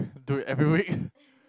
do it every week